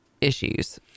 issues